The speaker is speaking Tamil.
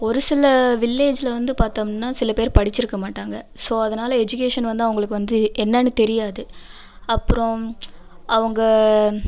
ஒரு சில வில்லேஜில் வந்து பார்த்தம்னா சில பேர் படிச்சிருக்கமாட்டாங்க ஸோ அதனால் எஜிகேஷன் வந்து அவங்களுக்கு வந்து என்னன்னு தெரியாது அப்புறம் அவங்க